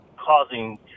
causing